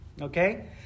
Okay